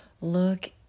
Look